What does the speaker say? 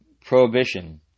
prohibition